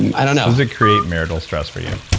i don't know. does it create marital stress for you?